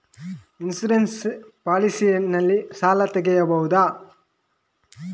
Insurance policy ನಲ್ಲಿ ಸಾಲ ತೆಗೆಯಬಹುದ?